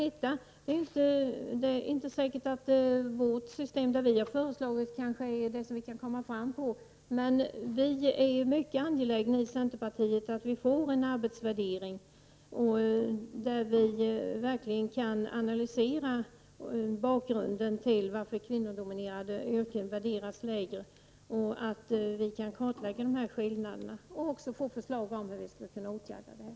Det är inte säkert att det system som vi i centerpartiet har föreslagit är det som vi kan komma framåt med, men vi i centerpartiet är mycket angelägna få till stånd en undersökning om arbetsvärdering så att vi kan analysera bakgrunden till att kvinnodominerade yrken värderas lägre och kartlägga dessa skillnader och också få förslag till hur vi skall kunna åtgärda detta.